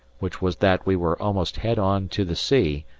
which was that we were almost head on to the sea,